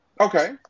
Okay